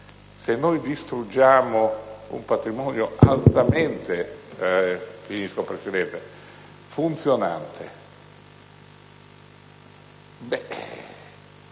se distruggiamo un patrimonio altamente funzionante,